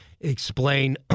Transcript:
explain